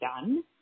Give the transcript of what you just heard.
done